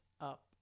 up